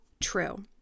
true